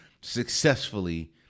successfully